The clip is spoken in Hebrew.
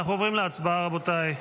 רבותיי,